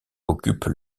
occupent